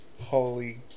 Holy